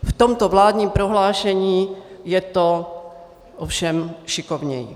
V tomto vládním prohlášení je to ovšem šikovněji.